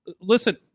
Listen